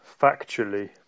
factually